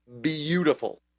beautiful